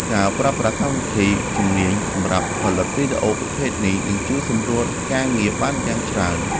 ការប្រើប្រាស់កម្មវិធីជំនាញសម្រាប់ផលិតវីដេអូប្រភេទនេះនឹងជួយសម្រួលការងារបានយ៉ាងច្រើន។